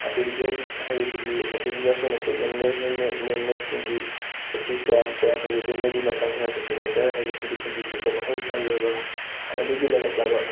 artificial ꯍꯥꯏꯕꯁꯤꯗꯤ artificial ꯑꯩꯈꯣꯏꯅ ꯈꯨꯠꯅ ꯍꯦꯟ ꯃꯦꯠ ꯃꯦꯟ ꯃꯦꯗꯁꯤꯡꯗꯤ ꯀꯩꯁꯨ ꯀꯌꯥꯝ ꯀꯌꯥꯝ ꯐꯖꯗꯣꯏꯅꯣ ꯃꯣꯏꯗꯤ ꯃꯇꯝ ꯈꯔ ꯈꯛꯀꯤꯅꯤ ꯅꯦꯆꯔ ꯍꯥꯏꯕꯁꯤꯗꯤ ꯄꯨꯟꯁꯤ ꯆꯨꯞꯄ ꯃꯍꯧꯁꯥꯒꯤ ꯑꯣꯏꯕ ꯍꯥꯟꯅꯗꯒꯤ ꯂꯩꯔꯛꯂꯕ